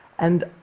and